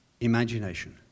imagination